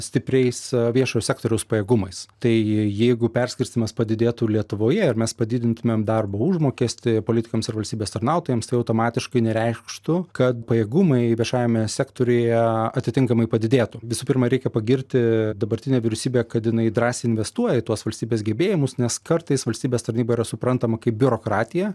stipriais viešojo sektoriaus pajėgumais tai jeigu perskirstymas padidėtų lietuvoje ir mes padidintumėm darbo užmokestį politikams ir valstybės tarnautojams tai automatiškai nereikštų kad pajėgumai viešajame sektoriuje atitinkamai padidėtų visų pirma reikia pagirti dabartinę vyriausybę kad jinai drąsiai investuoja į tuos valstybės gebėjimus nes kartais valstybės tarnyba yra suprantama kaip biurokratija